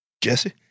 Jesse